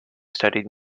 studied